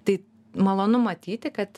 tai malonu matyti kad